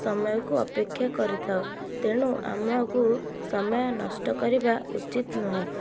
ସମୟକୁ ଅପେକ୍ଷା କରିଥାଉ ତେଣୁ ଆମକୁ ସମୟ ନଷ୍ଟ କରିବା ଉଚିତ ନୁହେଁ